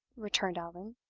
returned allan.